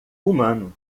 humano